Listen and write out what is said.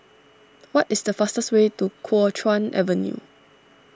what is the fastest way to Kuo Chuan Avenue